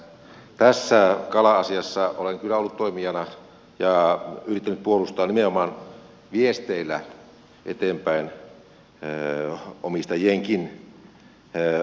tässä kala asiassa olen kyllä ollut toimijana ja yrittänyt puolustaa nimenomaan viesteillä eteenpäin omistajienkin asioita